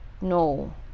No